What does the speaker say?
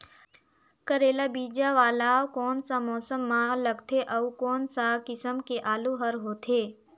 करेला बीजा वाला कोन सा मौसम म लगथे अउ कोन सा किसम के आलू हर होथे?